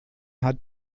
hat